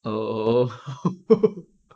oh oh oh oh